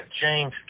James